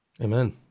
Amen